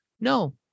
no